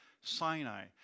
Sinai